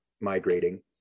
migrating